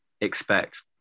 expect